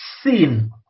sin